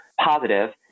positive